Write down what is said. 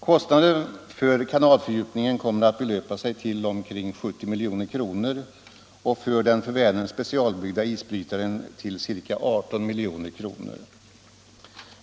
Kostnaden för kanalfördjupningen kommer att belöpa sig till omkring 70 milj.kr. och för den för Vänern specialbyggda isbrytaren till ca 18 milj.kr.